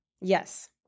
Yes